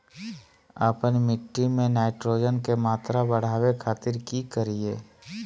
आपन मिट्टी में नाइट्रोजन के मात्रा बढ़ावे खातिर की करिय?